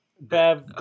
Bev